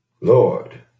Lord